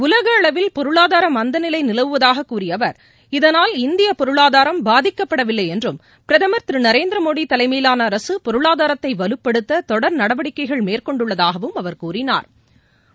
உலகளவில் பொருளாதார மந்தநிலை நிலவுவதாக கூறிய அவர் இதனால் இந்திய பொருளாதாரம் பாதிக்கப்படவில்லை என்றும் பிரதமர் மோடி தலைமையிலான அரசு பொருளாதாரத்தை வலுப்படுத்த தொடர் நடவடிக்கைகளை மேற்கொண்டுள்ளதாகவும் அவர் கூறிணா்